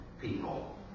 people